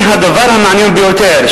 והדבר המעניין ביותר,